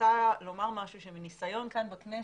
רוצה לומר משהו מניסיון כאן בכנסת.